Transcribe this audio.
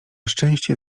szczęście